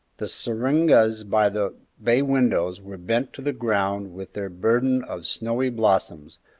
the syringas by the bay-windows were bent to the ground with their burden of snowy blossoms,